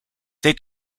they